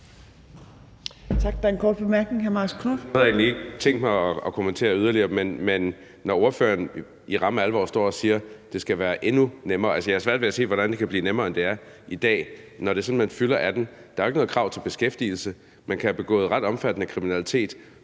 Jeg havde egentlig ikke tænkt mig at kommentere yderligere, men når ordføreren i ramme alvor står og siger, at det skal være endnu nemmere, så vil jeg sige, at jeg har svært ved at se, hvordan det kan blive nemmere, end det er i dag. Der er jo ikke nogen krav til beskæftigelse, og man kan have begået ret omfattende kriminalitet